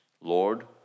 Lord